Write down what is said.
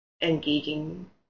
engaging